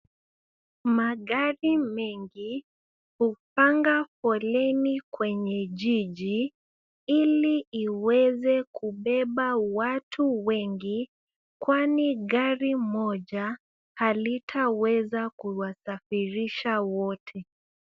Magari mengi hupanga foleni kwenye jiji ili iweze kubeba watu wengi kwani gari moja halitaweza kuwasafirisha wote.